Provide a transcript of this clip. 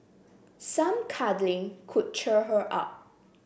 some cuddling could cheer her up